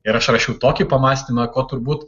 ir aš rašiau tokį pamąstymą ko turbūt